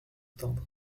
tendre